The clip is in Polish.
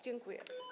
Dziękuję.